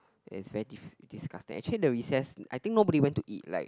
it is very dis~ disgusting actually the recess I think nobody went to eat like